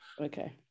Okay